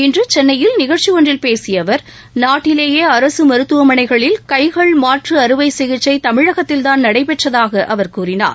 இன்று சென்னையில் நிகழ்ச்சி ஒன்றில் பேசிய அவர் நாட்டிலேயே அரசு மருத்துவமனைகளில் கை கள் மாற்று அறுவை சிகிச்சை தமிழகத்தில்தான் நடைபெற்றதாக அவர் கூறினார்